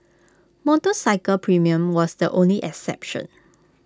motorcycle premium was the only exception